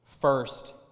First